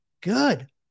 Good